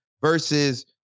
versus